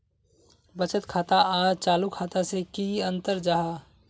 बचत खाता आर चालू खाता से की अंतर जाहा?